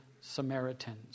Samaritans